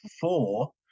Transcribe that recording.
four